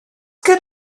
kann